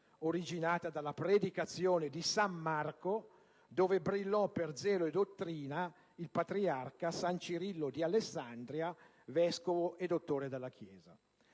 originata dalla predicazione di san Marco, dove brillò per zelo e dottrina il patriarca san Cirillo di Alessandria, vescovo e dottore della Chiesa.